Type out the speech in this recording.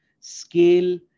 scale